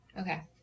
Okay